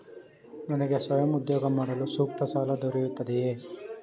ನನಗೆ ಸ್ವಯಂ ಉದ್ಯೋಗ ಮಾಡಲು ಸೂಕ್ತ ಸಾಲ ದೊರೆಯುತ್ತದೆಯೇ?